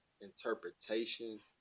interpretations